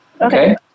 Okay